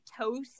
toast